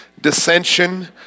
dissension